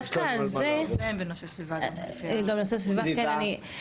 גם נושא הסביבה, כן.